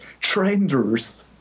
Trenders